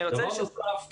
דבר נוסף,